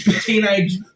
teenage